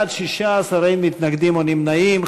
בעד, 16, אין מתנגדים, אין נמנעים.